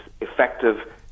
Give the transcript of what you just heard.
effective